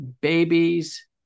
babies